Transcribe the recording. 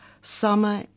summer